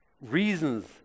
reasons